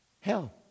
Hell